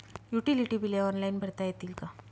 Utility बिले online भरता येतील का?